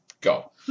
go